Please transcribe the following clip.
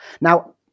Now